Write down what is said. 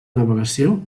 navegació